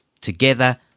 together